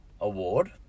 award